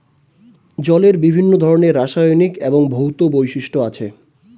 জলের বিভিন্ন ধরনের রাসায়নিক এবং ভৌত বৈশিষ্ট্য আছে